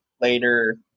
later